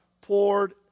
poured